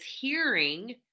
hearing